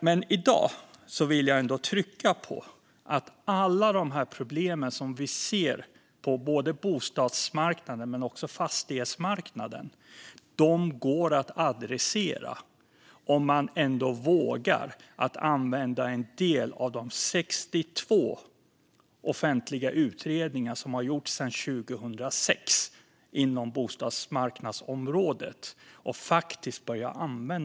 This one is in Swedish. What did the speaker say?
Men i dag vill jag ändå trycka på att alla de problem som vi ser på bostadsmarknaden men också på fastighetsmarknaden går att adressera om man på riktigt vågar börja använda en del av de 62 offentliga utredningar som har gjorts sedan 2006 inom bostadsmarknadsområdet.